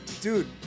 Dude